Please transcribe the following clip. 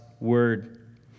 word